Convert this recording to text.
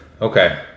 Okay